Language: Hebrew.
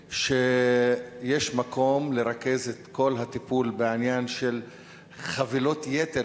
שיש מקום לרכז את כל הטיפול בעניין של חבילות יתר,